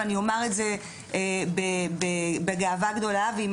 ואני אומרת את זה בגאווה גדולה ועם